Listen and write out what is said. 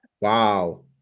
Wow